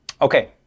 Okay